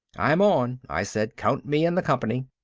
i'm on, i said. count me in the company.